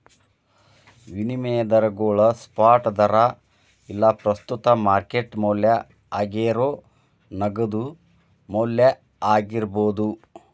ವಿನಿಮಯ ದರಗೋಳು ಸ್ಪಾಟ್ ದರಾ ಇಲ್ಲಾ ಪ್ರಸ್ತುತ ಮಾರ್ಕೆಟ್ ಮೌಲ್ಯ ಆಗೇರೋ ನಗದು ಮೌಲ್ಯ ಆಗಿರ್ಬೋದು